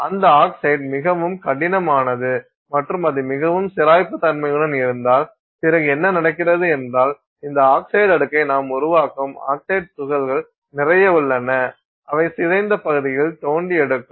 அந்த ஆக்சைடு மிகவும் கடினமானது மற்றும் அது மிகவும் சிராய்ப்பு தன்மையுடன் இருந்தால் பிறகு என்ன நடக்கிறது என்றாள் இந்த ஆக்சைடு அடுக்கை நாம் உருவாக்கும் ஆக்சைடு துகள்கள் நிறைய உள்ளன அவை சிதைந்த பகுதியில் தோண்டி எடுக்கும்